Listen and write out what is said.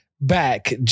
back